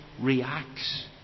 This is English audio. reacts